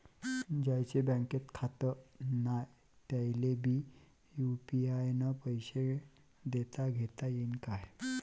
ज्याईचं बँकेत खातं नाय त्याईले बी यू.पी.आय न पैसे देताघेता येईन काय?